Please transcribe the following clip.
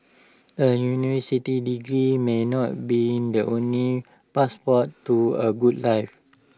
A university degree may not be the only passport to A good life